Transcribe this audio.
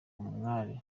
umwali